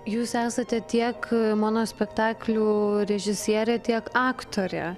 jūs esate tiek mano spektaklių režisierė tiek aktorė